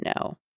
no